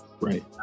right